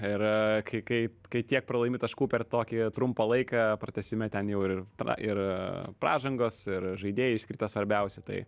ir kai kai kai tiek pralaimi taškų per tokį trumpą laiką pratęsime ten jau ir tada ir pražangos ir žaidėjų iškritę svarbiausia tai